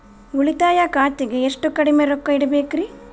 ಉಳಿತಾಯ ಖಾತೆಗೆ ಎಷ್ಟು ಕಡಿಮೆ ರೊಕ್ಕ ಇಡಬೇಕರಿ?